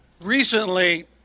Recently